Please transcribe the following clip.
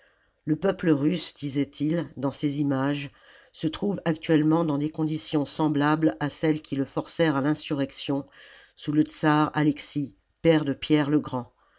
le peuple russe disait-il dans ces images se trouve actuellement dans des conditions semblables à celles qui le forcèrent à l'insurrection sous le tzar alexis père de pierre